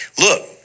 look